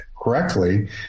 correctly